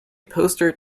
poster